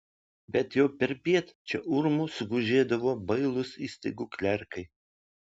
bet jau perpiet čia urmu sugužėdavo bailūs įstaigų klerkai